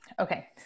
okay